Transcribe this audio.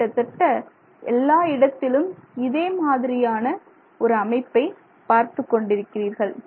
கிட்டத்தட்ட எல்லா இடத்திலும் இதே மாதிரியான ஒரு அமைப்பை பார்த்துக் கொண்டிருக்கிறீர்கள்